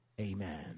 Amen